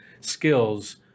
skills